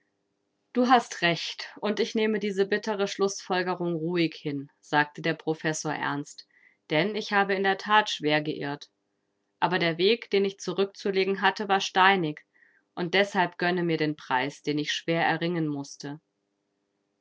du hast recht und ich nehme diese bittere schlußfolgerung ruhig hin sagte der professor ernst denn ich habe in der that schwer geirrt aber der weg den ich zurückzulegen hatte war steinig und deshalb gönne mir den preis den ich schwer erringen mußte